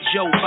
Joe